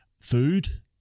Food